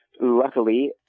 luckily